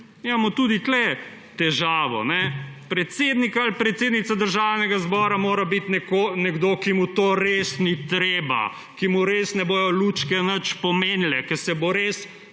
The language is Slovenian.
imamo tudi tukaj težavo. Predsednik ali predsednica Državnega zbora mora biti nekdo, ki mu to res ni treba, ki mu res ne bodo lučke nič pomenile, ker se bo res